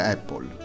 Apple